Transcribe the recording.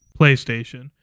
PlayStation